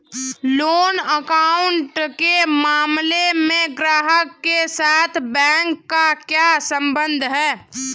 Loan account के मामले में ग्राहक के साथ बैंक का क्या संबंध है?